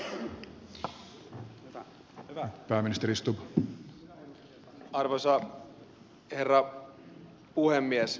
arvoisa herra puhemies